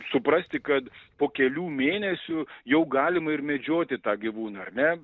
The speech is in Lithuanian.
suprasti kad po kelių mėnesių jau galima ir medžioti tą gyvūną ar ne